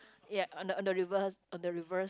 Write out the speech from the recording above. ya on the on the reverse on the reverse